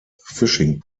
fishing